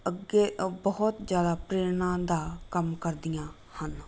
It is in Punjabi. ਅੱਗੇ ਅ ਬਹੁਤ ਜ਼ਿਆਦਾ ਪ੍ਰੇਰਨਾ ਦਾ ਕੰਮ ਕਰਦੀਆਂ ਹਨ